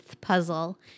puzzle